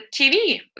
TV